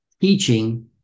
teaching